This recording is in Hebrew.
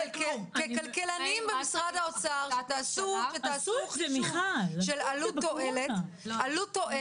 ככלכלנים במשרד האוצר אתם צריכים לעשות חישוב של עלות מול תועלת.